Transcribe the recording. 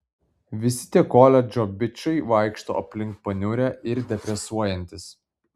visi tie koledžo bičai vaikšto aplink paniurę ir depresuojantys